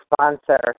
sponsor